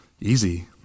Easy